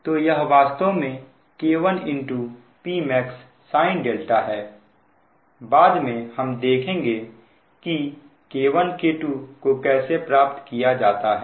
तो यह वास्तव में K1 Pmax sin है बाद में हम देखेंगे कि K1 K2 को कैसे प्राप्त किया जाता है